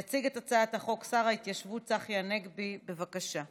יציג את הצעת החוק שר ההתיישבות צחי הנגבי, בבקשה.